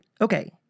Okay